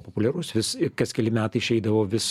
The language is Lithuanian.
populiarus vis ir kas keli metai išeidavo vis